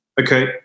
Okay